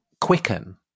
quicken